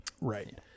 Right